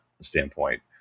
standpoint